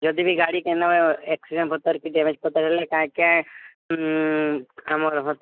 ଯଦି ଗାଡ଼ି କେନ ଆକ୍ସିଡ଼େଣ୍ଟ ପତର କି ଡ୍ୟାମେଜ୍ ପତର ହେଲେ କାଏଁ କାଏଁ ଆମର